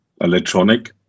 electronic